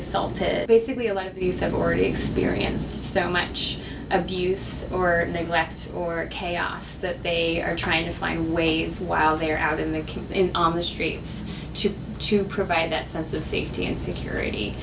assaulted basically a lot of these have already experienced so much abuse or neglect or chaos that they are trying to find ways while they're out in the can in on the streets to provide that sense of safety and security